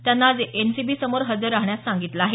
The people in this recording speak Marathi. त्यांना आज एनसीबीसमोर जहर राहण्यास सांगितलं आहे